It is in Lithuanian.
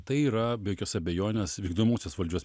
tai yra be jokios abejonės vykdomosios valdžios